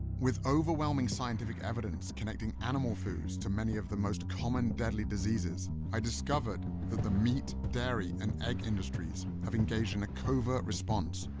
with overwhelming scientific evidence connecting animal foods to many of the most common deadly disease i discovered that the meat, dairy and egg industries have engaged in a covert response,